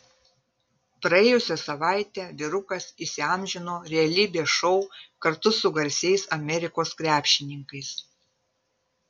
praėjusią savaitę vyrukas įsiamžino realybės šou kartu su garsiais amerikos krepšininkais